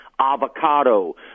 avocado